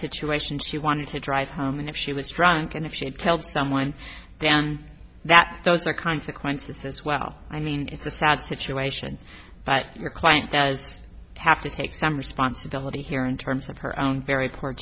situation she wanted to drive home and if she was drunk and if she did tell someone that those are consequences as well i mean it's a sad situation but your client does have to take some responsibility here in terms of her own very